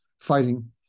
fighting